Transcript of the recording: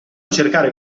cercare